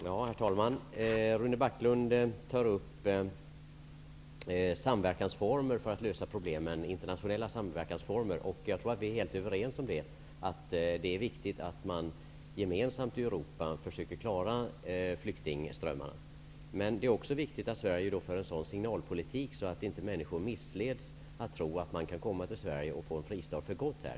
Herr talman! Rune Backlund tar upp frågan om internationella samverkansformer för att lösa problemen. Vi är helt överens om att det är viktigt att man gemensamt i Europa skall försöka klara flyktingströmmarna. Det är också viktigt att Sverige för en sådan signalpolitik att människor inte missleds till att tro att de kan komma till Sverige och få en fristad för gott.